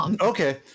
Okay